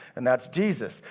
and that's jesus.